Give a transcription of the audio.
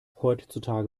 heutzutage